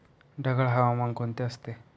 ढगाळ हवामान कोणते असते?